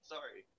Sorry